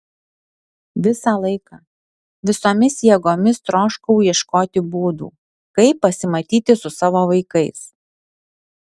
visą laiką visomis jėgomis troškau ieškoti būdų kaip pasimatyti su savo vaikais